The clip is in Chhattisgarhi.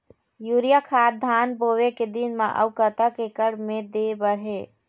यूरिया खाद धान बोवे के दिन म अऊ कतक एकड़ मे दे बर हे?